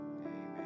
Amen